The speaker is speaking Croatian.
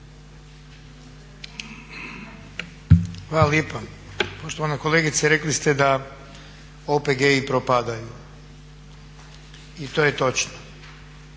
Hvala lijepa. Poštovana kolegice rekli ste da OPG-i propadaju i to je točno.